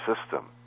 system